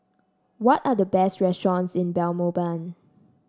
what are the best restaurants in Belmopan